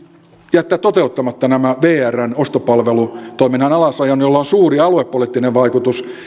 jättää toteuttamatta tämä vrn ostopalvelutoiminnan alasajo jolla on suuri aluepoliittinen vaikutus